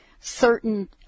certain